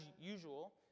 usual